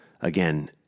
Again